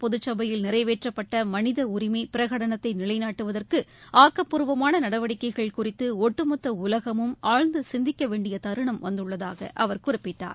பொதுசபையில் நிறைவேற்றப்பட்ட மனித உரிமை பிரகடனத்தை நிலைநாட்டுவதற்கு ஆக்கப்பூர்வமான நடவடிக்கைகள் குறித்து ஒட்டுமொத்த உலகமும் ஆழ்ந்து சிந்திக்க வேண்டிய தருணம் வந்துள்ளதாக அவர் குறிப்பிட்டார்